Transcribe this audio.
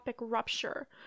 rupture